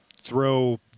throw